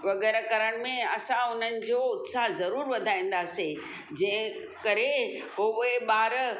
वग़ैरह करण में असां हुननि जो उत्साह ज़रूर वधाईंदासीं जंहिं करे उहे ॿार